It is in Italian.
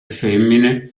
femmine